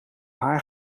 haar